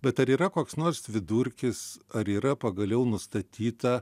bet ar yra koks nors vidurkis ar yra pagaliau nustatyta